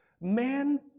man